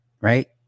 Right